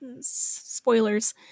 Spoilers